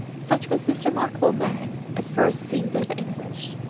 such was this remarkable man as first seen by the english,